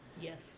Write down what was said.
Yes